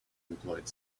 employed